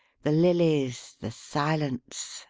the lilies, the silence,